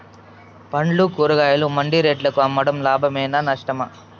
పండ్లు కూరగాయలు మండి రేట్లకు అమ్మడం లాభమేనా నష్టమా?